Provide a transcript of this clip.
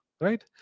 right